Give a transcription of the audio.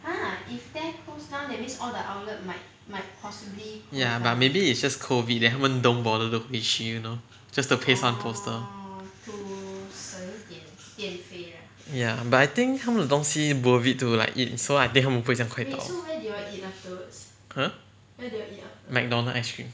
ya but maybe it's just COVID then 他们 don't bother to 回去 you know just to paste one poster ya but I think 他们的东西 worth it to like eat so I think 他们不会这样快倒 !huh! mcdonald's ice cream